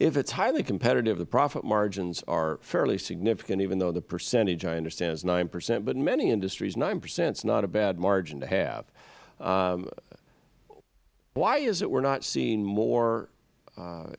if it is highly competitive the profit margins are fairly significant even though the percentage i understand is nine percent but many industries nine percent is not a bad margin to have why is it we are not seeing more